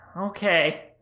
okay